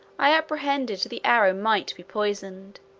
i apprehended the arrow might be poisoned,